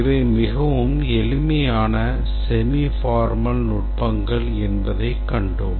இவை மிகவும் எளிமையான semiformal நுட்பங்கள் என்பதை கண்டோம்